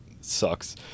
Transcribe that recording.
Sucks